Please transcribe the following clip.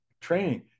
training